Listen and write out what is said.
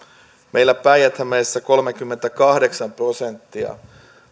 meillä päijät hämeessä kolmekymmentäkahdeksan prosenttia